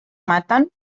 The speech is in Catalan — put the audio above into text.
maten